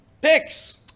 Picks